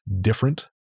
different